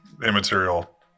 Immaterial